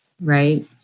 right